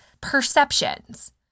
perceptions